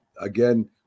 again